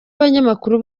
abanyamakuru